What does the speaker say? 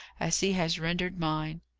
as he has rendered mine!